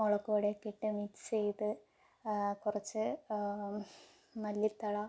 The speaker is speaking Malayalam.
മുളകുപൊടിയൊക്കെ ഇട്ട് മിക്സ് ചെയ്ത് കുറച്ച് മല്ലിത്തള